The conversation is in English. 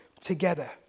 together